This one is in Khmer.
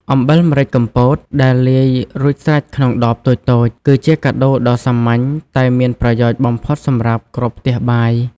អំបិលម្រេចកំពតដែលលាយរួចស្រេចក្នុងដបតូចៗ គឺជាកាដូដ៏សាមញ្ញតែមានប្រយោជន៍បំផុតសម្រាប់គ្រប់ផ្ទះបាយ។